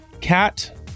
cat